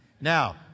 Now